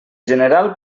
general